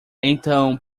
então